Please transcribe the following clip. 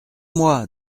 moi